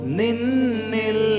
ninil